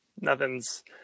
Nothing's